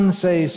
say